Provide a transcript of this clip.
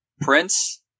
Prince